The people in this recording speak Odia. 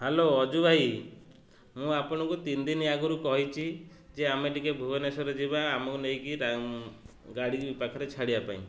ହ୍ୟାଲୋ ଅଜୁ ଭାଇ ମୁଁ ଆପଣଙ୍କୁ ତିନି ଦିନି ଆଗରୁ କହିଛି ଯେ ଆମେ ଟିକେ ଭୁବନେଶ୍ୱର ଯିବା ଆମକୁ ନେଇକି ଗାଡ଼ି ପାଖରେ ଛାଡ଼ିବା ପାଇଁ